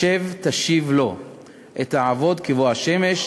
השב תשיב לו את העבוט כבֹא השמש,